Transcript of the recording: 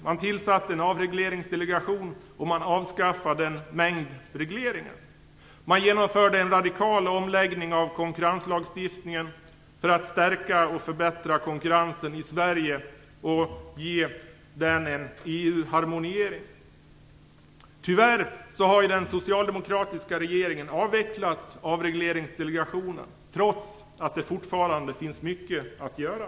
Man tillsatte en avregleringsdelegation och avskaffade en mängd regleringar. Man genomförde en radikal omläggning av konkurrenslagstiftningen för att stärka och förbättra konkurrensen i Sverige och därmed ge en EU-harmonisering. Tyvärr har ju den socialdemokratiska regeringen avvecklat Avregleringsdelegationen, trots att det fortfarande finns mycket att göra.